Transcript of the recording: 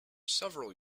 several